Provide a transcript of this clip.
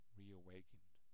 reawakened